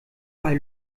bei